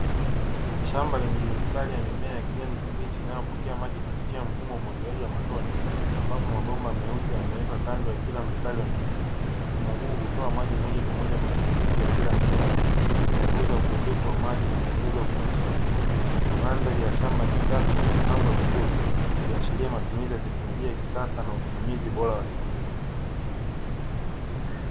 Shamba lenye mistari ya mimea ya kijani kibichi inayopokea maji kupitia mfumo wa umwagiliaji wa matone. Ambapo mabomba meusi yamewekwa kando ya kila mstari wa mimea. Mfumo huu hutoa maji moja kwa moja kwenye mizizi ya kila mmea, ikipunguza upotevu wa maji na kuongeza ufanisi wa kilimo. Mandhari ya shamba ni safi na imepangwa vizuri, ikiashiria matumizi ya teknolojia ya kisasa na usimamizi bora wa kilimo.